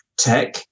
Tech